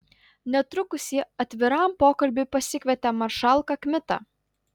netrukus ji atviram pokalbiui pasikvietė maršalką kmitą